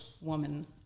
woman